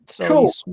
Cool